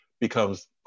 becomes